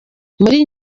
muri